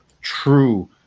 true